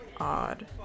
odd